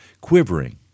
quivering